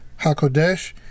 HaKodesh